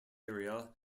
area